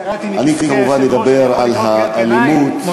אני כמובן אדבר על האלימות,